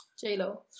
J-Lo